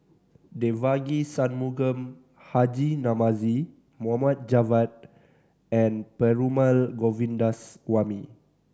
Devagi Sanmugam Haji Namazie Mohd Javad and Perumal Govindaswamy